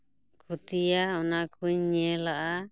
ᱠᱷᱚᱛᱤᱭᱟ ᱚᱱᱟ ᱠᱚᱧ ᱧᱮᱞᱟᱜᱼᱟ